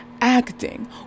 acting